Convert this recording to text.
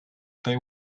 they